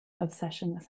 obsession